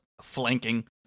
flanking